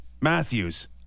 Matthews